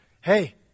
Hey